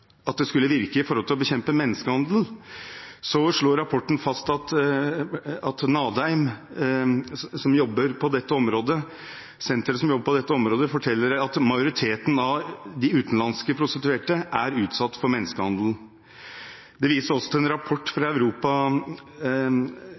at den skulle virke med tanke på å bekjempe menneskehandel, slår rapporten fast at Nadheim, senteret som jobber på dette området, forteller at majoriteten av de utenlandske prostituerte er utsatt for menneskehandel. Det vises også til en rapport